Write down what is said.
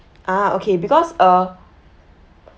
uh okay because uh